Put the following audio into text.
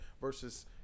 versus